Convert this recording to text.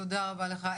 תודה רבה לך.